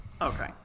Okay